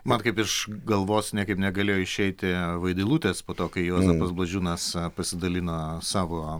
mat kaip iš galvos niekaip negalėjo išeiti vaidilutės po to kai juozapas blažiūnas pasidalino savo